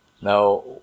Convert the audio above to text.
Now